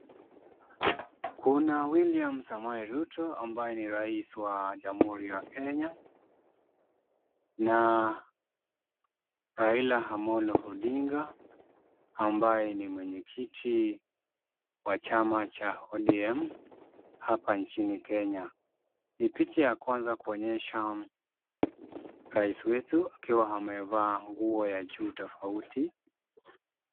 Kuna Wiliam Samoei Ruto ambaye ni raisi wa Jamuhuri ya Kenya na Raila Amollo Odinga ambaye ni mwenyekiti wa chama cha ODM hapa nchini Kenya. Ni picha ya kwanza kuonyesha raisi wetu akiwa amevaa nguo ya juu tofauti.